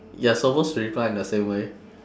you're supposed to reply in the same way